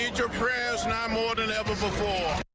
your prayers now more than ever before.